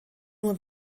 nur